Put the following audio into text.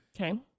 Okay